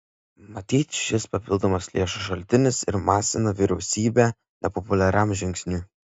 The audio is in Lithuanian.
matyt šis papildomas lėšų šaltinis ir masina vyriausybę nepopuliariam žingsniui